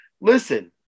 Listen